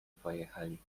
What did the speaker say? pojechali